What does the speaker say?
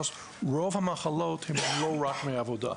רוב המחלות הן לא רק מעבודה,